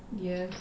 Yes